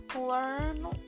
learn